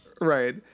Right